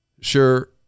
Sure